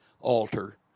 altar